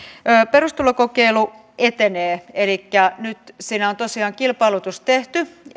perustulokokeilu etenee elikkä nyt siinä on tosiaan kilpailutus tehty